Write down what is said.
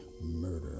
murder